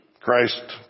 Christ